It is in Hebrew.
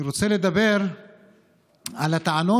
אני רוצה לדבר על הטענות.